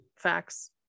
facts